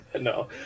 no